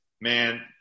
man